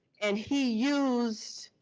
and he used.